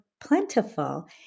plentiful